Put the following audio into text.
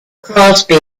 crosby